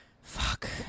fuck